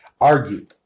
argued